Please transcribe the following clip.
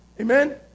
Amen